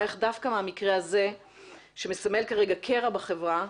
איך דווקא מהמקרה הזה שמסמל כרגע קרע בחברה,